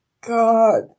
God